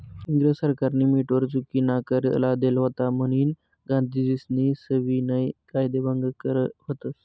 इंग्रज सरकारनी मीठवर चुकीनाकर लादेल व्हता म्हनीन गांधीजीस्नी सविनय कायदेभंग कर व्हत